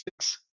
six